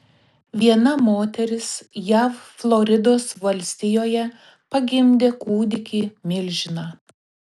viena moteris jav floridos valstijoje pagimdė kūdikį milžiną